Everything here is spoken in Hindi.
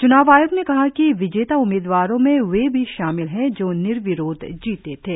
चुनाव आयोग ने कहा कि विजेता उम्मीदवारों में वे भी शामिल है जो निर्विरोध जीते थे